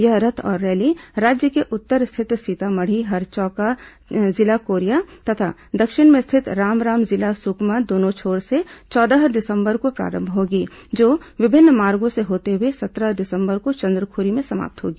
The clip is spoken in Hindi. यह रथ और रैली राज्य के उत्तर स्थित सीतामढ़ी हरचौका जिला कोरिया तथा दक्षिण में स्थित रामराम जिला सुकमा दोनों छोर से चौदह दिसंबर को प्रारंभ होगी जो विभिन्न मार्गों से होते हुए सत्रह दिसंबर को चंद्रखुरी में समाप्त होगी